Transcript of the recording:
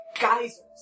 geysers